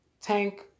Tank